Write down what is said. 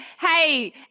Hey